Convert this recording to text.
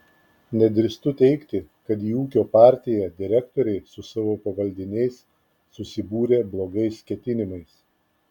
nedrįstu teigti kad į ūkio partiją direktoriai su savo pavaldiniais susibūrė blogais ketinimais